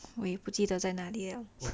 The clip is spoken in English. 我也不记得在哪里